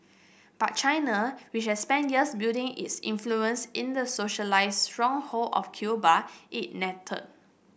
but China which has spent years building its influence in the socialist stronghold of Cuba is nettled